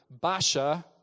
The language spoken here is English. Basha